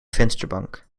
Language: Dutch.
vensterbank